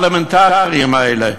האלמנטריים האלה.